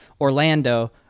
Orlando